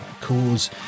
cause